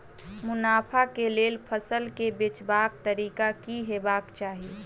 मुनाफा केँ लेल फसल केँ बेचबाक तरीका की हेबाक चाहि?